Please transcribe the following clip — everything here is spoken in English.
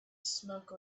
smoke